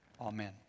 Amen